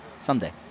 Someday